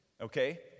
Okay